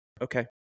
Okay